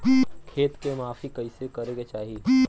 खेत के माफ़ी कईसे करें के चाही?